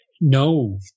no